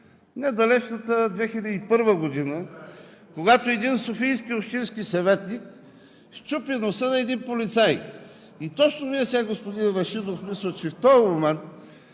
недалечната 2001 г., когато един софийски общински съветник счупи носа на един полицай. И точно сега, господин Рашидов, мисля, че в този момент